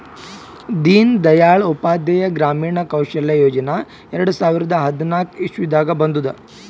ದೀನ್ ದಯಾಳ್ ಉಪಾಧ್ಯಾಯ ಗ್ರಾಮೀಣ ಕೌಶಲ್ಯ ಯೋಜನಾ ಎರಡು ಸಾವಿರದ ಹದ್ನಾಕ್ ಇಸ್ವಿನಾಗ್ ಬಂದುದ್